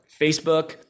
Facebook